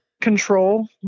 control